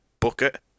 Bucket